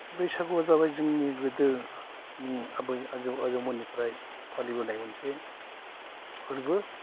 बैसागुआ जाबाय जोंनि गोदोनि आबै आजौ आजौमोन्निफ्राय फालिबोनाय मोनसे फोरबो